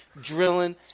drilling